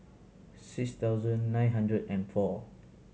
six thousand nine hundred and four